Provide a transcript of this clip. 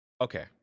okay